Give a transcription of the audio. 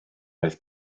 oedd